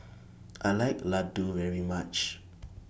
I like Laddu very much